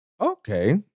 Okay